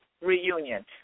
reunion